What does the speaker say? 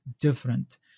different